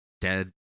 dead